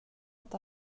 inte